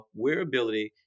wearability